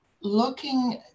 looking